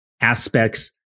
aspects